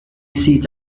seat